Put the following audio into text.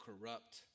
corrupt